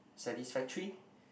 satisfactory